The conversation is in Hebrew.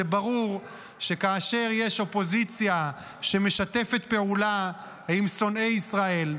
זה ברור שכאשר יש אופוזיציה שמשתפת פעולה עם שונאי ישראל,